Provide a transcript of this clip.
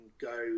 go